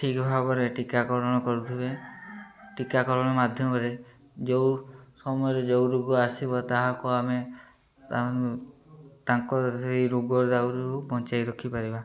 ଠିକ ଭାବରେ ଟୀକାକରଣ କରୁଥିବେ ଟୀକାକରଣ ମାଧ୍ୟମରେ ଯେଉଁ ସମୟରେ ଯେଉଁ ରୋଗ ଆସିବ ତାହାକୁ ଆମେ ତାଙ୍କ ସେଇ ରୋଗ ଦାଉରୁ ବଞ୍ଚାଇ ରଖିପାରିବା